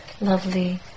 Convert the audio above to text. lovely